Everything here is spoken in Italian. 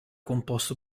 composto